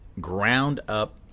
ground-up